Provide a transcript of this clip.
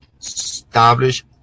establish